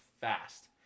fast